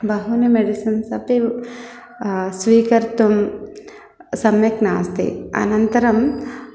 बहूनि मेडिसिन्स् अपि स्वीकर्तुं सम्यक् नास्ति अनन्तरम्